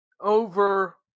over